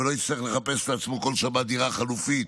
ולא יצטרך לחפש לעצמו כל שבת דירה חלופית